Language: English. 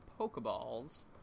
Pokeballs